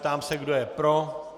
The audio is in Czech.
Ptám se, kdo je pro.